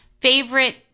Favorite